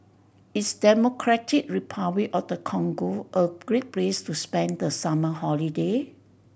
is Democratic Republic of the Congo a great place to spend the summer holiday